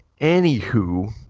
anywho